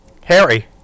Harry